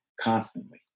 constantly